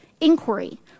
inquiry